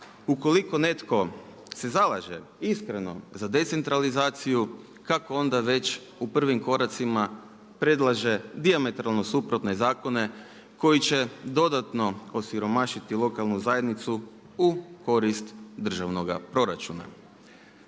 ukoliko netko se zalaže iskreno za decentralizaciju kako onda već u prvim koracima predlaže dijametralno suprotne zakone koji će dodatno osiromašiti lokalnu zajednicu u korist državnog proračuna.